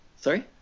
sorry